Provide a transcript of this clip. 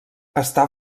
està